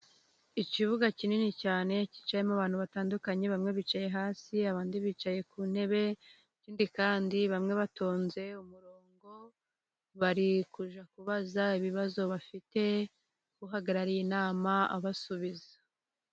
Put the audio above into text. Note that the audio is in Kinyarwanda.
Ikibuga kinini cyane cyicayemo abantu batandukanye, bamwe bicaye hasi abandi bicaye ku ntebe, ikindi kandi bamwe batonze umurongo bari kujya kubaza ibibazo bafite, uhagarariye inama abasubiza.